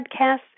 podcasts